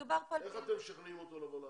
איך אתם משכנעים אותו לבוא לארץ?